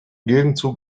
gegenzug